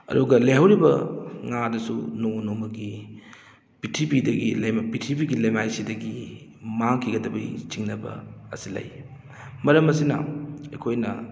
ꯑꯗꯨꯒ ꯂꯩꯍꯧꯔꯤꯕ ꯉꯥꯗꯁꯨ ꯅꯣꯡꯃ ꯅꯣꯡꯃꯒꯤ ꯄ꯭ꯔꯤꯊꯤꯕꯤꯗꯒꯤ ꯄ꯭ꯔꯤꯊꯤꯕꯤꯒꯤ ꯂꯩꯃꯥꯏ ꯁꯤꯗꯒꯤ ꯃꯥꯡꯈꯤꯒꯗꯕꯩ ꯆꯤꯡꯅꯕ ꯑꯁꯤ ꯂꯩ ꯃꯔꯝ ꯑꯁꯤꯅ ꯑꯩꯈꯣꯏꯅ